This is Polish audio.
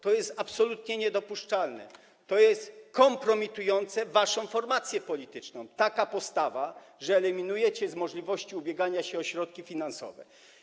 To jest absolutnie niedopuszczalne, to jest kompromitujące waszą formację polityczną - taka postawa, że eliminujecie z możliwości ubiegania się o środki finansowe.